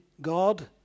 God